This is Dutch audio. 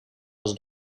was